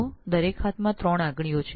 તેઓના દરેક હાથમાં ત્રણ આંગળીઓ છે